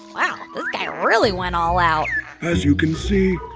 wow this guy really went all out as you can see,